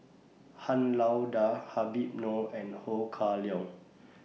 Han Lao DA Habib Noh and Ho Kah Leong